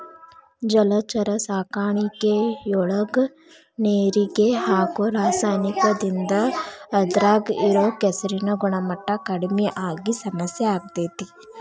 ಜಲಚರ ಸಾಕಾಣಿಕೆಯೊಳಗ ನೇರಿಗೆ ಹಾಕೋ ರಾಸಾಯನಿಕದಿಂದ ಅದ್ರಾಗ ಇರೋ ಕೆಸರಿನ ಗುಣಮಟ್ಟ ಕಡಿಮಿ ಆಗಿ ಸಮಸ್ಯೆ ಆಗ್ತೇತಿ